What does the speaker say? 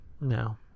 No